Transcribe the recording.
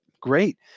Great